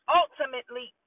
ultimately